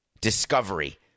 discovery